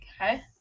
Okay